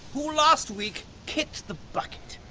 who last week kicked the bucket,